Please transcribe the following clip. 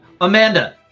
Amanda